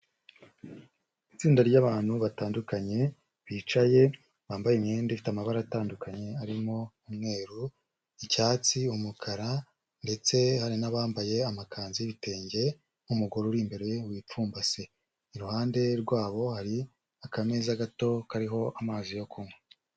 Itsinda ry'abantu batandukanye. Bicaye bambaye imyenda ifite amabara atandukanye arimo umweru, icyatsi, umukara. Ndetse hari n'abambaye amakanzu y'ibitenge nk'umugore uri imbere wipfumbase, iruhande rwabo hari akameza gato kariho amazi yo kunywa.